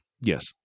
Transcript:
Yes